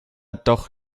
doch